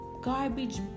garbage